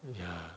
ya